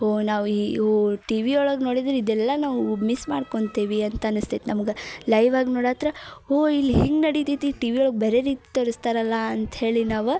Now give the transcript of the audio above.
ಓ ನಾವು ಈ ಓ ಟಿವಿ ಒಳಗೆ ನೋಡಿದ್ರೆ ಇದೆಲ್ಲ ನಾವು ಮಿಸ್ ಮಾಡ್ಕೊಂತೇವೆ ಅಂತ ಅನಸ್ತೈತೆ ನಮ್ಗೆ ಲೈವಾಗಿ ನೋಡತ್ರ ಓ ಇಲ್ಲಿ ಹಿಂಗೆ ನಡಿತೈತಿ ಟಿವಿ ಒಳಗೆ ಬೇರೆ ರೀತಿ ತೋರಿಸ್ತಾರಲ್ಲ ಅಂತ ಹೇಳಿ ನಾವ